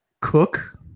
cook